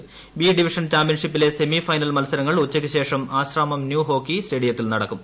പ്രി ഡിവിഷൻ ചാമ്പ്യൻഷിപ്പിലെ സെമിഫൈനൽ മത്സരങ്ങൾ ഉച്ചയ്ക്കുശേഷം ആശ്രാമം ന്യൂ ഹോക്കി സ്റ്റേഡിയത്തിൽ നടക്കും